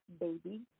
Baby